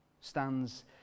stands